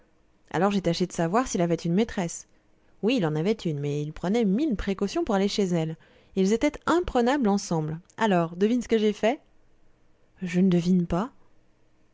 alors j'ai tâché de savoir s'il avait une maîtresse oui il en avait une mais il prenait mille précautions pour aller chez elle ils étaient imprenables ensemble alors devine ce que j'ai fait je ne devine pas